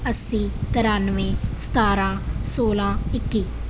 ਅੱਸੀ ਤਰਾਨਵੇਂ ਸਤਾਰ੍ਹਾਂ ਸੌਲ੍ਹਾਂ ਇੱਕੀ